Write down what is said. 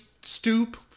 stoop